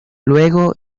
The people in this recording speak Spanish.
luego